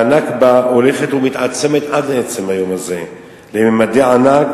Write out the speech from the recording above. ה"נכבה" הולכת ומתעצמת עד לעצם היום הזה לממדי ענק,